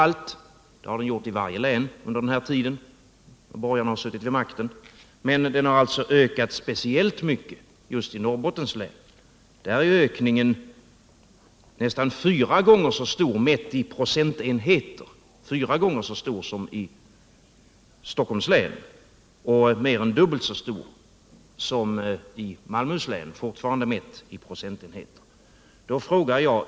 Arbetslösheten har alltså ökat i varje län under den tid som borgarna suttit vid makten, och den har ökat speciellt mycket just i Norrbottens län. Där är ökningen nästan fyra gånger så stor, mätt i procentenheter, som i Stockholms län och mer än dubbelt så stor, fortfarande mätt i procentenheter, som i Malmöhus län.